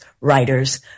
writers